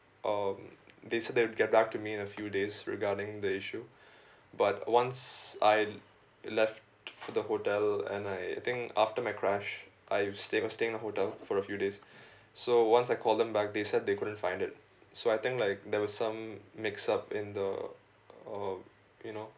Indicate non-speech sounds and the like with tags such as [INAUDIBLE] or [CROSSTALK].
um they said that they will get back to me in a few days regarding the issue [BREATH] but once I left for the hotel and I I think after my crash I've stayed was staying at a hotel for a few days [BREATH] so once I call them back they said they couldn't find it so I think like there was some mix up in the uh you know